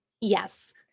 Yes